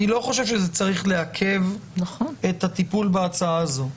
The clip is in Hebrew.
אני לא חושב שזה צריך לעכב את הטיפול בהצעה הזאת.